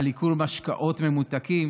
על ייקור משקאות ממותקים